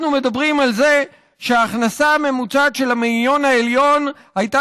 אנחנו מדברים על זה שההכנסה הממוצעת של המאיון העליון הייתה